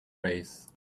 race